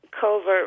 covert